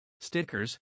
stickers